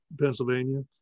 Pennsylvania